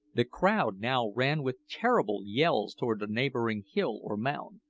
the crowd now ran with terrible yells towards a neighbouring hill or mound,